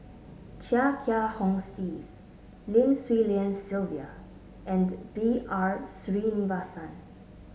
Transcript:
Chia Kiah Hong Steve Lim Swee Lian Sylvia and B R Sreenivasan